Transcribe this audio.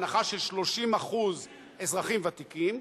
הנחה של 30% לאזרחים ותיקים,